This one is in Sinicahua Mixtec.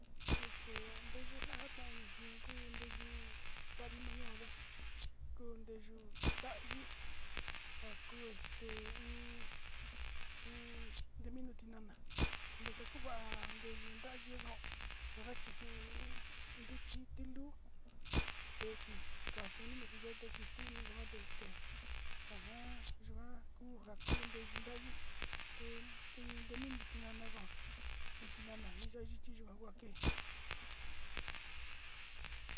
Nteyu jatnainida ku nteyu ma ñu´u ya´a te suku in nteyu nta´ayi nteminu yuva nteyu ntichi te nteyu ntayi chi xinaka ntuchi kataviña kasti´iña te kanstara ñu´uña te ka kereña kisi katna´aña ntute na kuiso te yuka te katna´aña ntaka in ya´a in tinana in tiku´un te yukate katna´aña ñii te yuka ku nteyu kueva´a ñuyo ñuu savi.